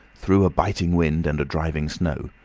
through a biting wind and a driving snow,